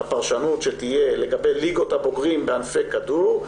הפרשנות שתהיה לגבי ליגות הבוגרים בענפי כדור,